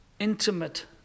intimate